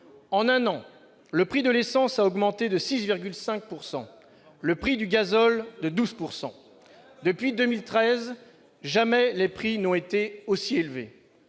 En un an, le prix de l'essence a augmenté de 6,5 % et le prix du gazole, de 12 %. Depuis 2013, jamais les prix n'ont été aussi élevés.